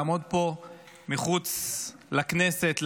לעמוד פה מחוץ לכנסת,